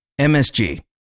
MSG